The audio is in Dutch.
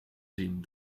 zien